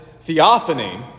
theophany